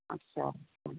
अच्छा